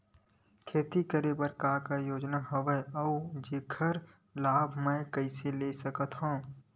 खेती करे बर का का योजना हवय अउ जेखर लाभ मैं कइसे ले सकत हव?